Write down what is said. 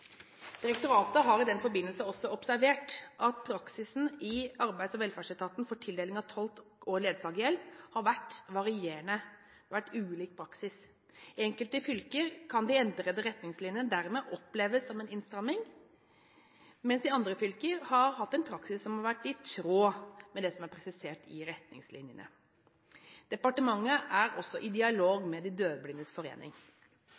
Direktoratet har i den forbindelse også observert at praksisen i Arbeids- og velferdsetaten for tildeling av tolk- og ledsagerhjelp har vært varierende, med ulik praksis. I enkelte fylker kan de endrede retningslinjene dermed oppleves som en innstramming, mens andre fylker har hatt en praksis som har vært i tråd med det som er presisert i retningslinjene. Departementet er også i dialog med de døvblindes forening,